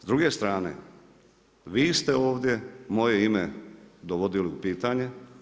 S druge strane vi ste ovdje moje ime dovodili u pitanje.